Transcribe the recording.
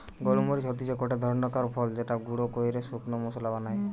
গোল মরিচ হতিছে গটে ধরণকার ফল যাকে গুঁড়া কইরে শুকনা মশলা বানায়